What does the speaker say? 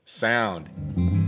sound